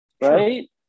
Right